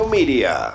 Media